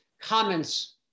comments